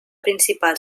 principal